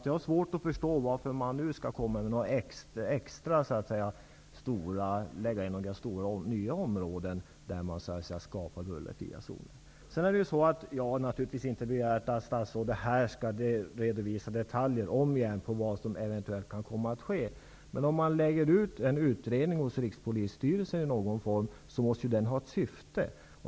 Jag har svårt att förstå varför man nu skall komma med nya stora områden där man vill skapa bullerfria zoner. Jag har naturligtvis inte begärt att statsrådet här i detalj skall redovisa vad som eventuellt kan komma att ske. Men om man lägger ut en utredning på Rikspolisstyrelsen måste den ju ha ett syfte.